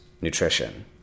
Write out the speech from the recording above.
nutrition